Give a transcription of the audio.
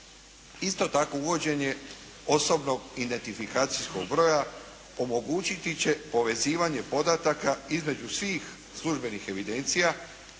Isto tako, uvođenje osobnog identifikacijskog broja omogućiti će povezivanje podataka između svih službenih evidencija